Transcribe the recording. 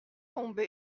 tombé